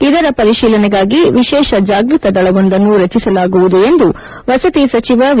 ಇದರ ಪರಿಶಿಲನೆಗಾಗಿ ವಿಶೇಷ ಜಾಗ್ವತ ದಳವೊಂದನ್ನು ರಚಿಸಲಾಗುವುದು ಎಂದು ವಸತಿ ಸಚಿವ ವಿ